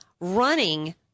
running